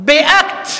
ובאקט,